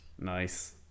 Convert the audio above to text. nice